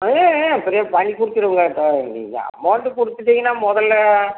ம் ம் ஃபிரீயா பண்ணிகொடுத்துருங்க அமௌன்ட்டு கொடுத்துட்டிங்கனா முதல்ல